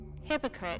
hypocrite